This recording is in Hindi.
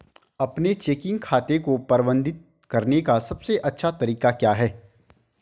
अपने चेकिंग खाते को प्रबंधित करने का सबसे अच्छा तरीका क्या है?